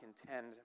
contend